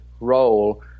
role